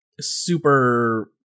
super